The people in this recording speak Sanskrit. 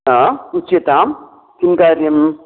हा उच्यतां किं कार्यम्